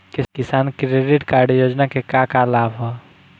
किसान credit card योजना के का का लाभ ह?